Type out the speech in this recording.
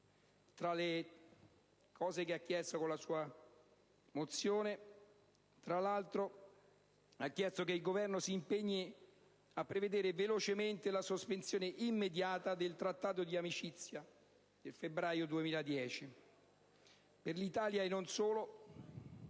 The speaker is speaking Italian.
tra le richieste avanzate con la sua risoluzione, ha anche chiesto che il Governo si impegni a prevedere velocemente la sospensione immediata del Trattato d'amicizia del febbraio 2010. Per l'Italia e non solo